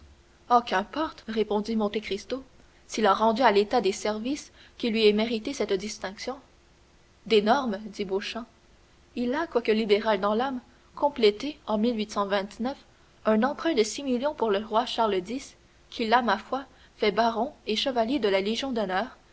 oh qu'importe répondit monte cristo s'il a rendu à l'état des services qui lui aient mérité cette distinction d'énormes dit beauchamp il a quoique libéral dans l'âme complété en un emprunt de six millions pour le roi charles x qui l'a ma foi fait baron et chevalier de la légion d'honneur